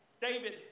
David